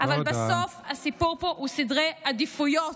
אבל בסוף הסיפור פה הוא סדרי עדיפויות.